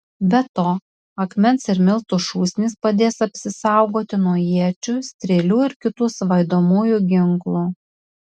be to akmens ir miltų šūsnys padės apsisaugoti nuo iečių strėlių ir kitų svaidomųjų ginklų